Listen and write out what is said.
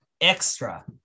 extra